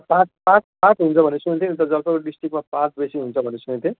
पाट पाट पाट हुन्छ भनेको सुनेको थिएँ नि जलपाइगुडी डिस्ट्रिक्टमा पाट बेसी हुन्छ भनेको सुनेको थिएँ